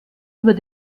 über